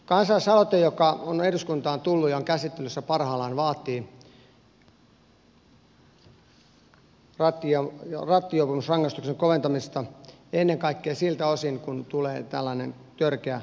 kansalaisaloite joka on eduskuntaan tullut ja on käsittelyssä parhaillaan vaatii rattijuopumusrangaistuksen koventamista ennen kaikkea siltä osin kun tulee tällainen törkeä kuolemantuottamustapaus